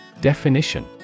Definition